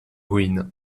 ruines